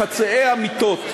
בחצאי אמיתות,